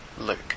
Luke